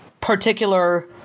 particular